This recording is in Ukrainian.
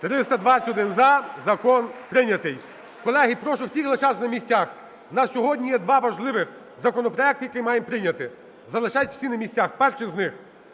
321 – за. Закон прийнятий. Колеги, прошу всіх лишатися на місцях у нас сьогодні є два важливих законопроекти, які маємо прийняти, залишайтеся всі на місцях. Перший з них